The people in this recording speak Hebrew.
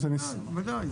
ודאי.